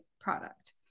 product